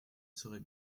serait